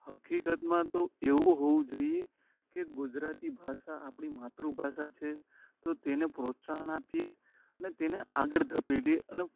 હકીકતમાં તો એવું હોવું જોઈએ કે ગુજરાતી ભાષા આપણી માતૃભાષા છે તો તેને પ્રોત્સાહન આપીએ અને તેને આગળ ધપાવીએ અને